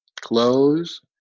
close